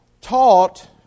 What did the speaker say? taught